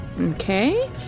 Okay